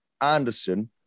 Anderson